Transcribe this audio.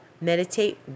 meditate